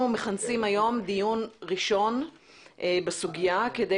אנחנו מכנסים היום דיון ראשון בסוגיה כדי